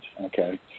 okay